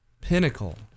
pinnacle